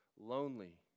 lonely